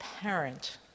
parent